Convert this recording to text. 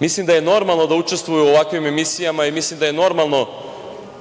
mislim da je normalno da učestvuju u ovakvim emisijama i mislim da je normalno